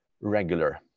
regular